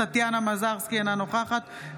אינו נוכח טטיאנה מזרסקי,